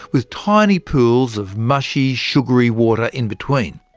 with tiny pools of mushy sugary water in between.